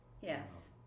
Yes